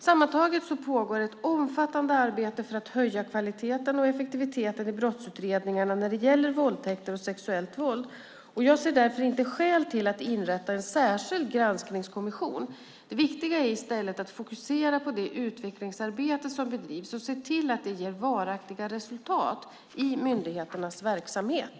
Sammantaget pågår ett omfattande arbete för att höja kvaliteten och effektiviteten i brottsutredningarna när det gäller våldtäkter och sexuellt våld. Jag ser därför inte skäl till att inrätta en särskild granskningskommission. Det viktiga är att i stället fokusera på det utvecklingsarbete som bedrivs och att se till att det ger varaktiga resultat i myndigheternas verksamhet.